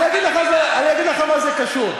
אני אגיד לך מה זה קשור.